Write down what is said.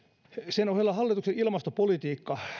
sen ohella hallituksen ilmastopolitiikka